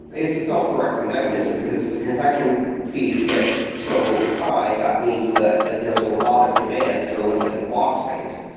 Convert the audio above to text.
it's a self-correcting mechanism, because if the transaction fees get so high, that means that there is a lot of demand for limited block space.